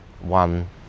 one